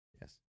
yes